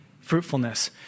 fruitfulness